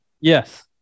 yes